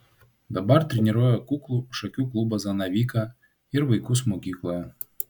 dabar treniruoja kuklų šakių klubą zanavyką ir vaikus mokykloje